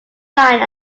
line